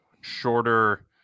shorter